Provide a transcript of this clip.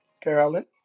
Carolyn